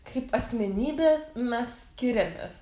kaip asmenybės mes skiriamės